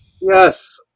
Yes